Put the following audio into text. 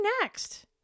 next